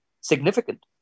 significant